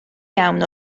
iawn